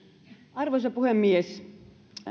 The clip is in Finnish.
arvoisa puhemies